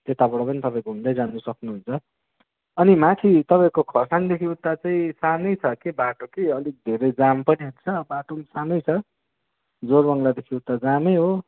त्यताबाट पनि तपाईँ घुम्दै जानु सक्नुहुन्छ अनि माथि तपाईँको खरसाङदेखि उत्ता चाहिँ सानै छ कि बाटो कि अलिक धेरै जाम पनि हुन्छ बाटो पनि सानै छ जोरबङ्गलादेखि उत्ता जामै हो